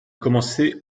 commencé